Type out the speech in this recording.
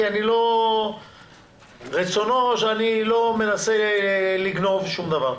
כי אני לא מנסה לגנוב שום דבר,